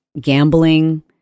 gambling